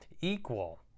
equal